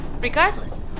regardless